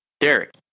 Derek